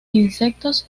insectos